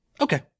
Okay